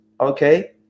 Okay